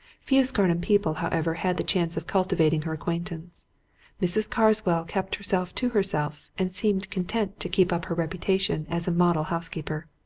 few scarnham people, however, had the chance of cultivating her acquaintance mrs. carswell kept herself to herself and seemed content to keep up her reputation as a model housekeeper.